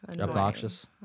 obnoxious